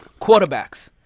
Quarterbacks